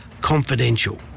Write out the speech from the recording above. confidential